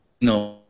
No